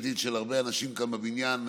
ידיד של הרבה אנשים כאן בבניין,